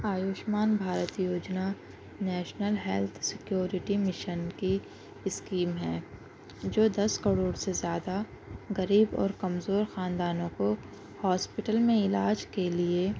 آیوشمان بھارت یوجنا national health security mission کی scheme ہے جو دس کروڑ سے زیادہ غریب اور کمزور خاندانوں کو ہاسپیٹل میں علاج کے لیے